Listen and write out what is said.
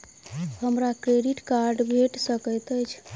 हमरा credit card भेट सकैत अछि?